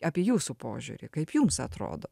apie jūsų požiūrį kaip jums atrodo